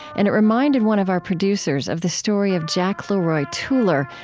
and it reminded one of our producers of the story of jack leroy tueller,